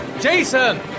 Jason